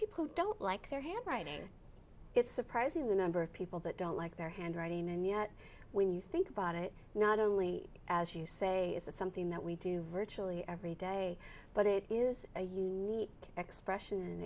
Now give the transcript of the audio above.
people don't like their handwriting it's surprising the number of people that don't like their handwriting and yet when you think about it not only as you say is that something that we do virtually every day but it is a unique expression